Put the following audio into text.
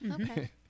okay